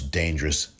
dangerous